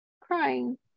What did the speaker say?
crying